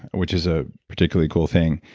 which is a particularly cool thing,